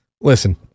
Listen